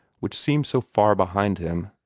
which seemed so far behind him,